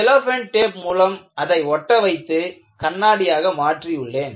cellophane tape மூலம் அதை ஒட்ட வைத்து கண்ணாடியாக மாற்றியுள்ளேன்